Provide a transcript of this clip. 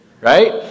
Right